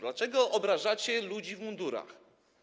Dlaczego obrażacie ludzi w mundurach?